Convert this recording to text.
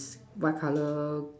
what color